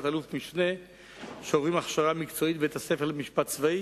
אלוף-משנה שעוברים הכשרה מקצועית בבית-הספר למשפט צבאי,